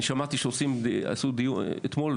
אתמול,